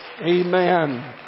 Amen